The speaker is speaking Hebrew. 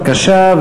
בבקשה,